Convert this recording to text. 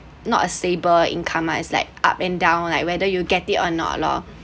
not a stable income is like up and down like whether you get it or not lor